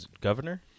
governor